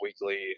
weekly